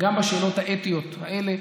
גם בשאלות האתיות האלה.